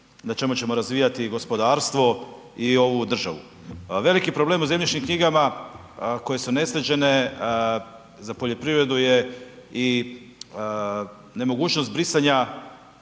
na čemu ćemo razvijati i gospodarstvo i ovu državu. Veliki problem u zemljišnim knjigama koje su nesređene za poljoprivredu je i nemogućnost brisanja